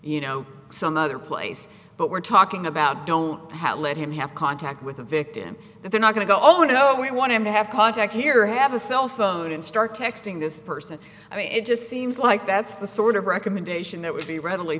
you know some other place but we're talking about don't have let him have contact with the victim and they're not going to go oh no we want to have contact here have a cell phone and start texting this person i mean it just seems like that's the sort of recommendation that would be readily